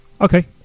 okay